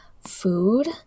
Food